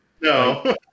No